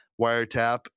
wiretap